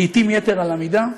לעתים יתר על המידה,